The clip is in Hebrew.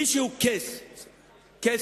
מי שהוא קייס מאתיופיה,